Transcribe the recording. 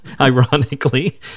ironically